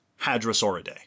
Hadrosauridae